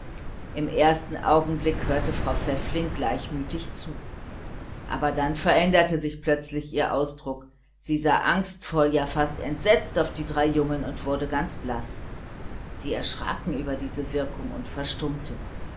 im ersten augenblick hörte frau pfäffling mit interesse zu aber dann veränderte sich plötzlich ihr ausdruck sie sah angstvoll ja fast entsetzt auf die drei jungen und wurde ganz blaß sie erschraken über diese wirkung und verstummten